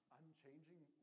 unchanging